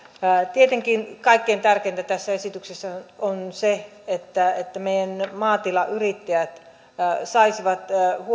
tietenkin kaikkein tärkeintä tässä esityksessä on se että meidän maatilayrittäjät